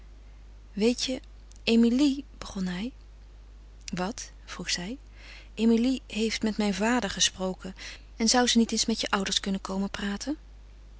weet je emilie begon hij wat vroeg zij emilie heeft met mijn vader gesproken en zou ze niet eens met je ouders kunnen komen praten